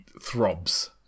throbs